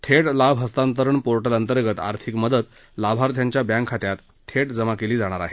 थेट लाभ हस्तांतरण पोर्टलअंतर्गत आर्थिक मदत लाभार्थ्यांच्या बँक खात्यात थेट जमा केली जाईल